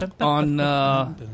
on